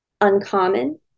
uncommon